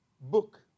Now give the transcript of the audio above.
book